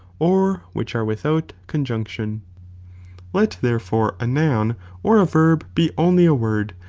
or which are without conjunction let therefore a noun or a verb be only a word,